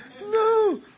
no